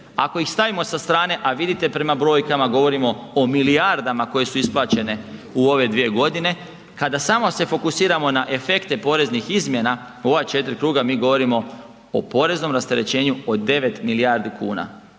ako ih stavimo sa strane, a vidite prema brojkama, govorimo o milijardama koje su isplaćene u ove 2.g., kada samo se fokusiramo na efekte poreznih izmjena u ova četiri kruga, mi govorimo o poreznom rasterećenju od 9 milijardi kuna,